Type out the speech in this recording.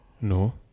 No